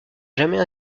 jamais